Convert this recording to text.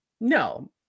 No